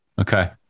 Okay